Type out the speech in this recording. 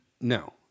No